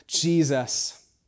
Jesus